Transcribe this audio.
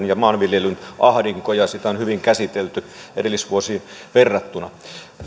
ja maanviljelymme ahdinko ja sitä on hyvin käsitelty edellisvuosiin verrattuna